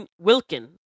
Wilkin